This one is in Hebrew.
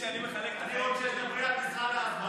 אני רוצה שתדברי על משרד ההסברה.